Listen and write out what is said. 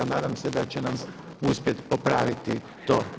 Nadam se da će nam uspjet popraviti to.